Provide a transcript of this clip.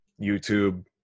YouTube